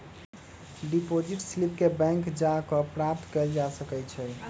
deposit slip के bank जा कऽ प्राप्त कएल जा सकइ छइ